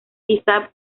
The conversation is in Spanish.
quizá